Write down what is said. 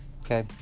okay